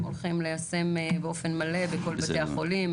הולכים ליישם באופן מלא בכל בתי החולים,